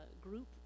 group